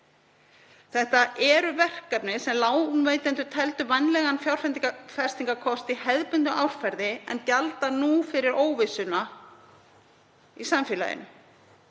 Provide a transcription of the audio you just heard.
Þetta eru verkefni sem lánveitendur teldu vænlegan fjárfestingarkost í hefðbundnu árferði en gjalda nú fyrir óvissuna í samfélaginu.